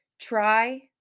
try